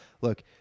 Look